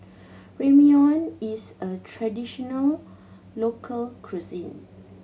Ramyeon is a traditional local cuisine